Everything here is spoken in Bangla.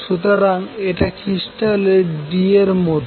সুতরাং এটা হল ক্রিস্টালের d এর মতো